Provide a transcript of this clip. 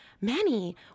Manny